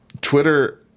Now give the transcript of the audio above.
twitter